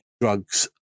drugs